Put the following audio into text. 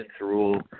rule